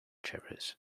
cherries